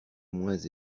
moins